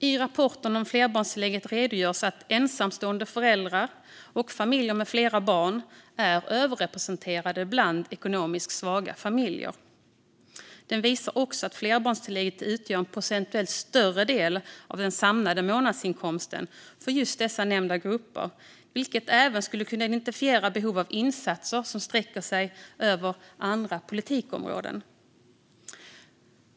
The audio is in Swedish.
I rapporten om flerbarnstillägget redogörs för att ensamstående föräldrar och familjer med flera barn är överrepresenterade bland ekonomiskt svaga familjer. Rapporten visar också att flerbarnstillägget utgör en procentuellt större del av den samlade månadsinkomsten för just de nämnda grupperna, vilket även skulle kunna identifiera behov av insatser som sträcker sig över andra politikområden.